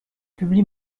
publie